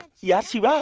yes, yeah